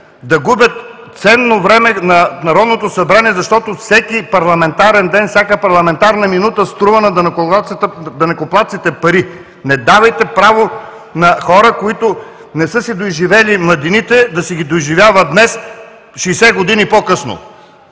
да губят ценно време на Народното събрание, защото всеки парламентарен ден, всяка парламентарна минута струва на данъкоплатците пари! Не давайте право на хора, които не са си доизживели младините, да си ги доизживяват днес – 60 години по-късно!